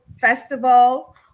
festival